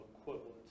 equivalent